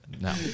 No